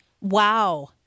Wow